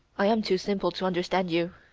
i am too simple to understand you.